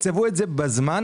תקצבו את זה בזמן,